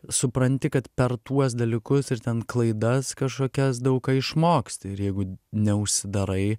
supranti kad per tuos dalykus ir ten klaidas kažkokias daug ką išmoksti ir jeigu neužsidarai